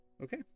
Okay